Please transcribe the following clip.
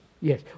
Yes